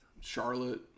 Charlotte